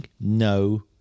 no